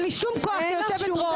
אין לי שום כוח כיושבת ראש.